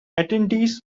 attendees